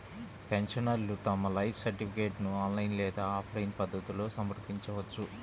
పెన్షనర్లు తమ లైఫ్ సర్టిఫికేట్ను ఆన్లైన్ లేదా ఆఫ్లైన్ పద్ధతుల్లో సమర్పించవచ్చు